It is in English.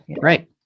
right